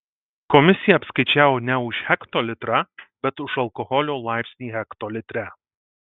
komisija apskaičiavo ne už hektolitrą bet už alkoholio laipsnį hektolitre